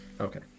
Okay